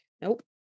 nope